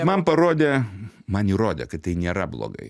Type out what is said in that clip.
man parodė man įrodė kad tai nėra blogai